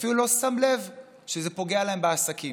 ואפילו לא שם לב שזה פוגע להם בעסקים.